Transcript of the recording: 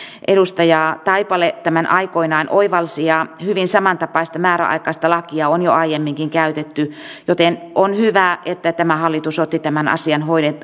edustaja taipale tämän aikoinaan oivalsi ja hyvin samantapaista määräaikaista lakia on jo aiemminkin käytetty joten on hyvä että tämä hallitus otti tämän asian